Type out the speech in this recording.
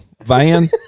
van